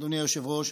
אדוני היושב-ראש,